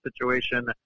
situation